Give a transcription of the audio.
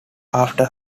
after